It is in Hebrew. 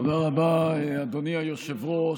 תודה רבה, אדוני היושב-ראש.